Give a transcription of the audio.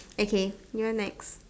okay you're next